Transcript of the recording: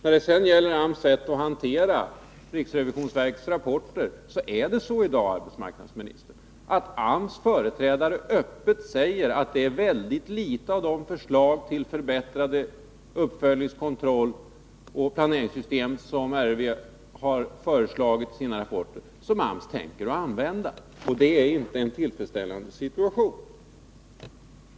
I fråga om AMS sätt att hantera riksrevisionsverkets rapporter är det så i dag, fru arbetsmarknadsminister, att AMS företrädare öppet säger att det är mycket litet av de förslag till förbättrad uppföljningskontroll och förbättrat planeringssystem som RRV har föreslagit i sina rapporter som AMS tänker använda. Det är inte en tillfredsställande situation.